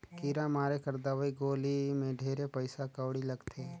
कीरा मारे कर दवई गोली मे ढेरे पइसा कउड़ी लगथे